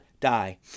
die